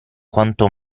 quanto